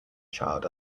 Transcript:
child